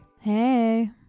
Hey